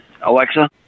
Alexa